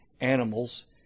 animals